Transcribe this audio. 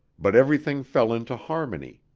but everything fell into harmony.